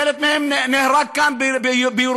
חלק מהם נהרגו כאן בירושלים,